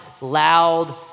Loud